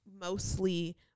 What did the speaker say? mostly